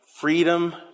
Freedom